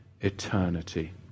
eternity